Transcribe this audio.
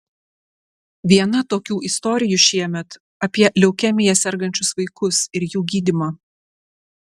viena tokių istorijų šiemet apie leukemija sergančius vaikus ir jų gydymą